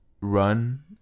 run